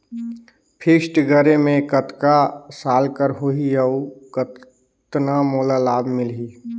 Fixed करे मे कतना साल कर हो ही और कतना मोला लाभ मिल ही?